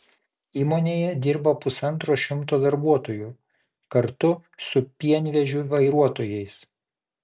įmonėje dirba pusantro šimto darbuotojų kartu su pienvežių vairuotojais